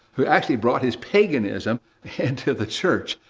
who actually brought his paganism into the church.